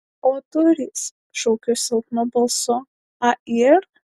o durys šaukiu silpnu balsu a yr